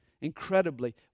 Incredibly